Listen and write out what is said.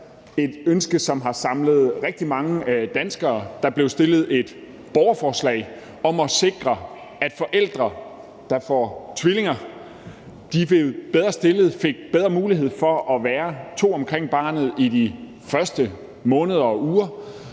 et ønske, som har samlet rigtig mange danskere. Der blev stillet et borgerforslag om at sikre, at forældre, der får tvillinger, blev bedre stillet, og at de fik bedre mulighed for at være to omkring barnet i de første uger og måneder.